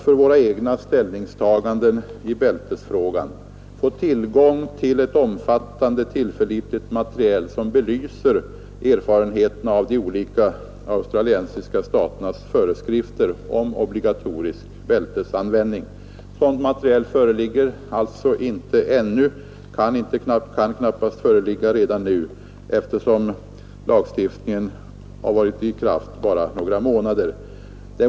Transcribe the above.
För vårt eget ställningstagande i bilbältesfrågan är det väsentligt att få tillgång till ett omfattande och tillförlitligt material, som belyser de erfarenheter de olika australiensiska staterna gjort av sina föreskrifter om obligatorisk bältesanvändning. Något sådant material föreligger inte ännu, och det kan knappast föreligga nu, eftersom lagstiftningen varit i kraft bara några månader.